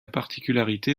particularité